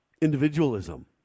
individualism